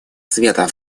света